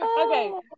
Okay